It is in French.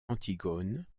antigone